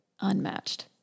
unmatched